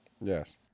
Yes